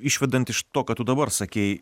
išvedant iš to ką tu dabar sakei